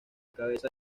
cabeza